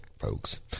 Folks